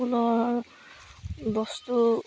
ফুলৰ বস্তু